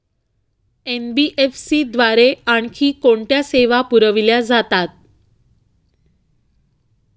NBFC द्वारे आणखी कोणत्या सेवा पुरविल्या जातात?